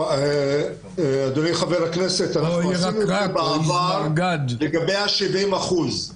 אדוני חבר הכנסת, עשינו בעבר לגבי ה-70 אחוזים.